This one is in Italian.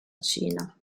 cina